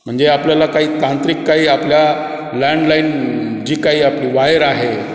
म्हणजे आपल्याला काही तांत्रिक काही आपल्या लँडलाईन जी काही आपली वायर आहे